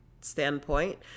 standpoint